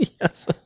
Yes